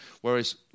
Whereas